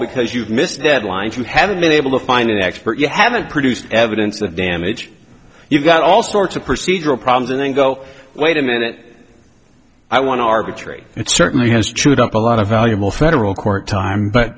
because you've missed deadlines you haven't been able to find an expert you haven't produced evidence of damage you've got all sorts of procedural problems and then go wait a minute i want to arbitrate it's certainly has chewed up a lot of valuable federal court time but